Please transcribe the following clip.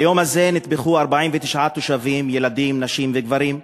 ביום הזה נטבחו 49 תושבים, ילדים, נשים וגברים.